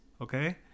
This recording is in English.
Okay